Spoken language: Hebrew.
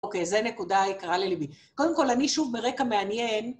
אוקיי, זו נקודה יקרה לליבי. קודם כול, אני שוב מרקע מעניין...